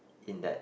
in that